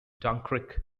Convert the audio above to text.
dunkirk